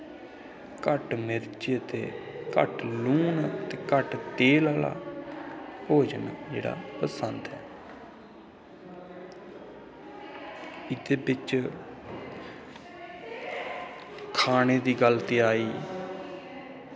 घट्ट मिर्च ते घट्ट लून घट्ट तेल आह्ला भोजन जेह्ड़ा पसंद ऐ ते बिच्च खाने दी गल्ल ते होई